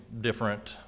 different